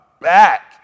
back